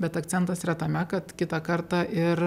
bet akcentas yra tame kad kitą kartą ir